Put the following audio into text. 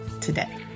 today